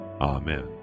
Amen